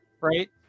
right